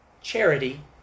charity